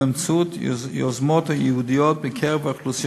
ובאמצעות יוזמות ייעודיות בקרב אוכלוסיות